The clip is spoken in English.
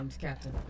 Captain